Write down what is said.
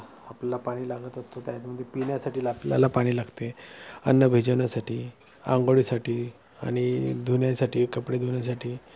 आपल्याला पाणी लागत असतो त्यातमध्ये पिण्यासाठी आपल्याला पाणी लागते अन्न भिजवण्यासाठी आंघोळीसाठी आणि धुण्यासाठी कपडे धुण्यासाठी